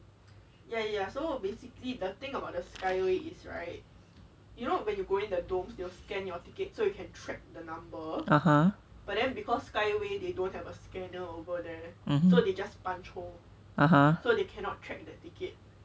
(uh huh) (uh huh)